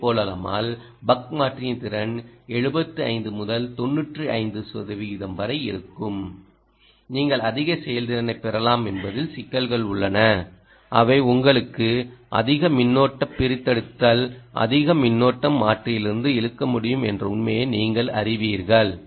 ஓ வைப் போலல்லாமல் பக் மாற்றியின் திறன் 75 முதல் 95 சதவிகிதம் வரை இருக்கும் நீங்கள் அதிக செயல்திறனைப் பெறலாம் என்பதில் சிக்கல்கள் உள்ளன அவை உங்களுக்கு அதிக மின்னோட்ட பிரித்தெடுத்தல் அதிக மின்னோட்டம் மாற்றியிலிருந்து இழுக்க முடியும் என்ற உண்மையை நீங்கள் அறிவீர்கள்